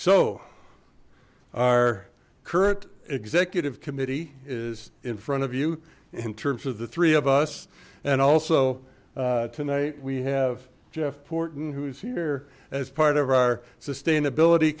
so our current executive committee is in front of you in terms of the three of us and also tonight we have jeff porton who's here as part of our sustainability